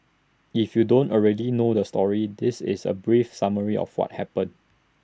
if you don't already know the story this is A brief summary of what happened